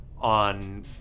on